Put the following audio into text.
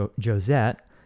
Josette